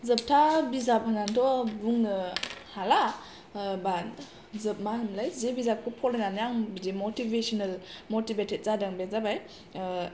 जोबथा बिजाब होननानैथ' बुंनो हाला बाट मा होनोमोनलाय जि बिजाबखौ फरायनानै आं बिदि मटिभेसनेल मटिभेटेथ जादों बे जाबाय